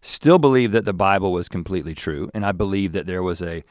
still believed that the bible was completely true and i believe that there was a